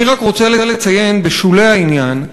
אני רק רוצה לציין בשולי העניין,